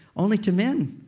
only to men.